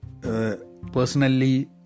personally